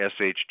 SHG